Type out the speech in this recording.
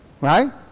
Right